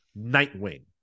Nightwing